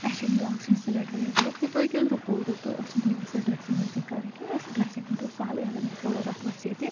اسہِ چھِنہٕ ییٚتہِ آکسیٖجَن سِلیٚنڈَرٕے اسہِ دوٚپُکھ ہے توہہِ کیٛازِ رُکوُو تیٚلہِ توہہِ ٲسوٕ نہٕ أمِس یہِ ڈرٛیٚسِنٛگ ویٚسِنٛگ کَرٕنۍ کیٚنٛہہ ڈرٛیٚسِنٛگ ہُنٛد اوس سہلٕے اَگر أمِس تھوڑا رَتھ وَسہِ ہے تہِ